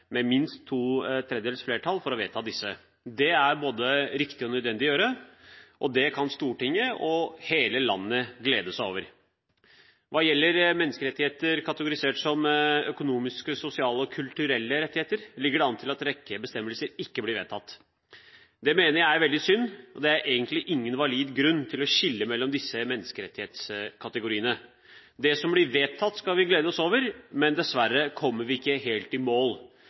med minst to tredjedels flertall for å vedta disse. Det er både riktig og nødvendig å gjøre, og det kan Stortinget og hele landet glede seg over. Hva gjelder menneskerettigheter kategorisert som økonomiske, sosiale og kulturelle rettigheter, ligger det an til at en rekke bestemmelser ikke blir vedtatt. Det mener jeg er veldig synd, og det er egentlig ingen valid grunn til å skille mellom disse menneskerettighetskategoriene. Det som blir vedtatt, skal vi glede oss over, men dessverre kommer vi ikke helt i mål.